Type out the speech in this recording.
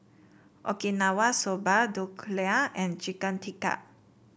Okinawa Soba Dhokla and Chicken Tikka